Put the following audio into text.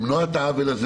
למנוע את העוול הזה.